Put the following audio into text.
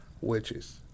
witches